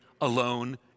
alone